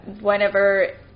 whenever